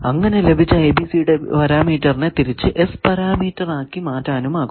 അങ്ങനെ ലഭിച്ച ABCD പാരാമീറ്ററിനെ തിരിച്ചു S പാരാമീറ്റർ ആക്കി മാറ്റാനാകും